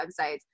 websites